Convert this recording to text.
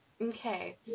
Okay